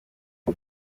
iyi